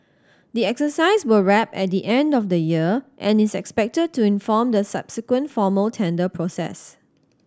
the exercise will wrap at the end of the year and is expected to inform the subsequent formal tender process